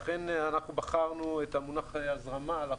לכן בחרנו את המונח הזרמה לחוק,